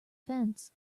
fence